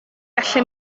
gallu